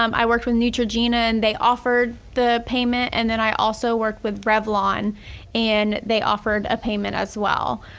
um i worked with neutrogena and they offered the payment and then i also worked with revlon and they offered a payment as well.